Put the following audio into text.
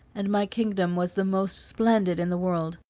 and my kingdom was the most splendid in the world.